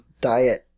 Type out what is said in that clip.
diet